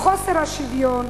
חוסר השוויון,